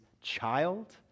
child